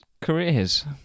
...careers